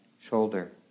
shoulder